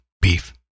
beef